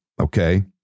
Okay